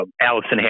Allison